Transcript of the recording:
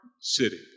city